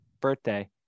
birthday